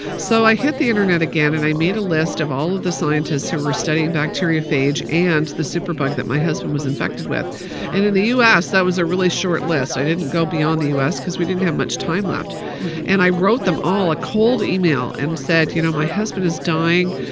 so i hit the internet again. and i made a list of all of the scientists who were studying bacteriophage and the superbug that my husband was infected with. and in the u s, that was a really short list. i didn't go beyond the u s. because we didn't have much time left and i wrote them all a cold email and said, you know, my husband is dying.